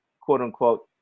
quote-unquote